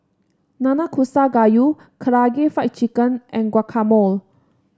Nanakusa Gayu Karaage Fried Chicken and Guacamole